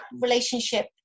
relationship